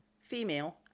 female